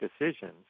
decisions